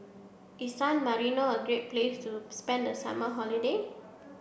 is San Marino a great place to spend the summer holiday